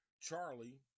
Charlie